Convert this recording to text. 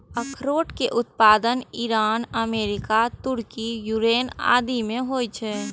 अखरोट के उत्पादन ईरान, अमेरिका, तुर्की, यूक्रेन आदि मे होइ छै